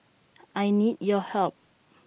I need your help